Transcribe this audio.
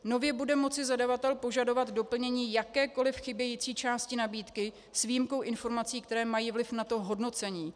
Nově bude moci zadavatel požadovat doplnění jakékoliv chybějící části nabídky s výjimkou informací, které mají vliv na hodnocení.